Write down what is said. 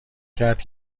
کرد